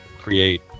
create